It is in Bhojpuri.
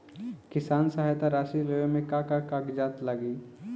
किसान सहायता राशि लेवे में का का कागजात लागी?